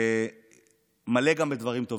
והוא מלא גם בדברים טובים.